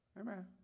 Amen